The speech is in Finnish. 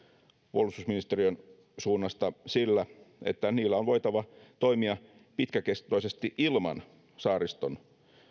puolustusministeriön suunnasta sillä että niillä on voitava toimia pitkäkestoisesti ilman saariston